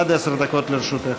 עד עשר דקות לרשותך.